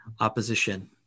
opposition